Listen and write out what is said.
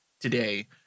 today